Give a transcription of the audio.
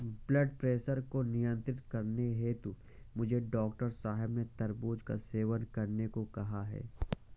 blood pressure को नियंत्रित करने हेतु मुझे डॉक्टर साहब ने तरबूज का सेवन करने को कहा है